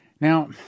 Now